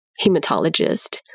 hematologist